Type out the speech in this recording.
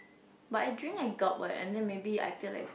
but I drink I gulp what and then maybe I feel like